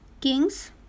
king's